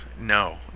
no